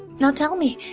now tell me,